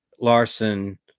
Larson